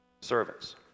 Servants